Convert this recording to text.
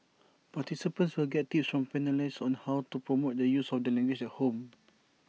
participants will get tips from panellists on how to promote the use of the language at home